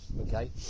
okay